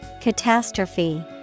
Catastrophe